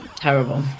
terrible